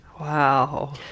Wow